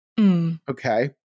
Okay